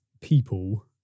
people